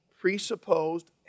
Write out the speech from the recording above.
presupposed